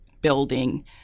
building